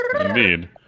Indeed